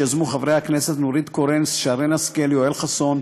שרן השכל, יואל חסון,